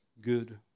good